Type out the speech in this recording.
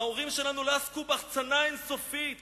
ההורים שלנו לא עסקו בהחצנה אין-סופית